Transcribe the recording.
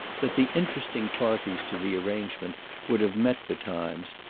that the interesting parties to the arrangement would have met betimes,